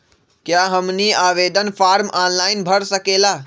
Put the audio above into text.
क्या हमनी आवेदन फॉर्म ऑनलाइन भर सकेला?